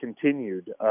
continued